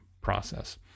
process